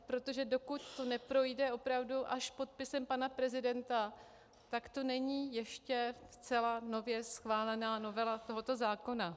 Protože dokud to neprojde opravdu až podpisem pana prezidenta, tak to není ještě zcela nově schválená novela tohoto zákona.